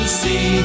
see